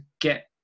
get